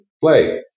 play